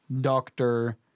doctor